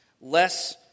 less